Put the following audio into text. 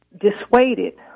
dissuaded